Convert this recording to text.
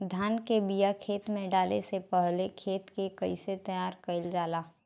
धान के बिया खेत में डाले से पहले खेत के कइसे तैयार कइल जाला?